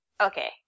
okay